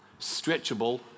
stretchable